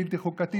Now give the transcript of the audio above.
בלתי חוקתי,